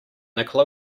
nikola